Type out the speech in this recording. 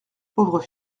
pauvre